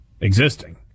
existing